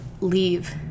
leave